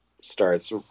starts